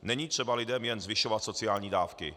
Není třeba lidem jen zvyšovat sociální dávky.